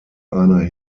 einer